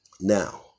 Now